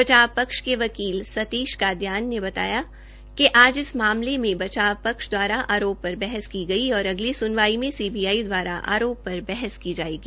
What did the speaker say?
बचाव पक्ष के वर्कील सतीश कादयान ने बताया कि आज इस मामले में बचाव पक्ष द्वारा आरोप पर बहस की गई है और अगली सुनवाई में सीबीआई द्वारा आरोप पर बहस की जाएगी